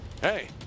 Hey